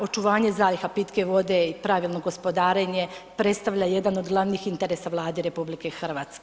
Očuvanje zaliha pitke vode i pravilno gospodarenje predstavlja jedan od glavnih interesa Vlade RH.